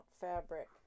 fabric